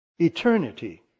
Eternity